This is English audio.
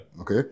Okay